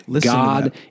God